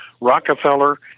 Rockefeller